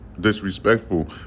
disrespectful